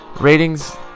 ratings